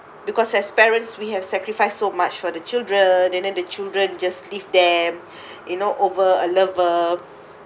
because as parents we have sacrificed so much for the children and then the children just leave them you know over a lover